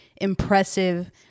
impressive